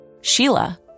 Sheila